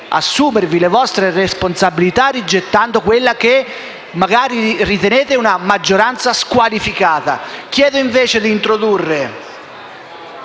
assumervi le vostre responsabilità rigettando quella che magari ritenete una maggioranza squalificata. Visto che il calendario